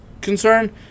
concern